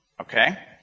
okay